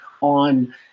on